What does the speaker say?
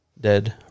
Dead